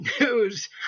news